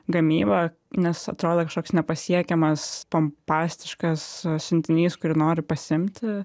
gamyba nes atrodo kažkoks nepasiekiamas pompastiškas siuntinys kurį nori pasiimti